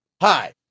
hi